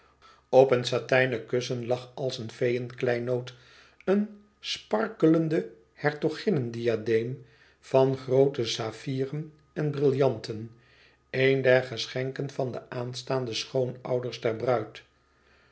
op een satijn kussen lag als een feeënkleinood een sparkelende hertoginnediadeem van groote saffieren en brillanten een der geschenken van de aanstaande schoonouders der bruid